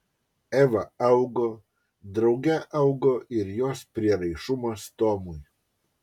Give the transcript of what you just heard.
eva augo drauge augo ir jos prieraišumas tomui